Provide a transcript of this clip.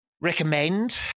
recommend